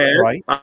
right